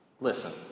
Listen